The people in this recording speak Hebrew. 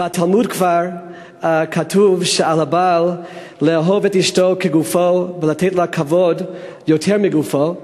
בתלמוד כבר כתוב שעל הבעל לאהוב את אשתו כגופו ולתת לה כבוד יותר מגופו,